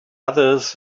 others